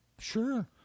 Sure